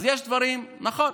אז יש דברים, נכון,